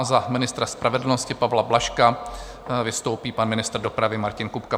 Za ministra spravedlnosti Pavla Blažka vystoupí pan ministr dopravy Martin Kupka.